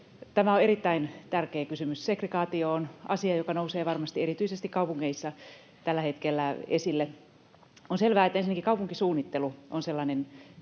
Tämä on erittäin tärkeä kysymys. Segregaatio on asia, joka nousee varmasti erityisesti kaupungeissa tällä hetkellä esille. On selvää, että ensinnäkin kaupunkisuunnittelu on sellainen